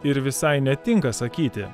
ir visai netinka sakyti